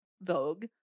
Vogue